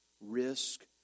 Risk